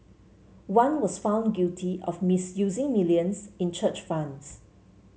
one was found guilty of misusing millions in church funds